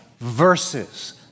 verses